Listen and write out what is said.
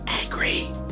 angry